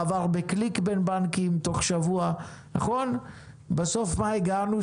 מעבר בקליק בין בנקים תוך שבוע בסוף למה הגענו?